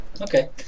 Okay